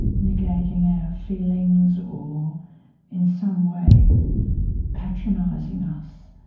negating our feelings or in some way patronising us,